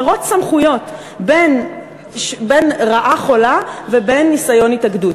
מירוץ סמכויות בין רעה חולה ובין ניסיון התאגדות.